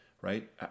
right